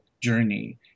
journey